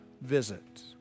visit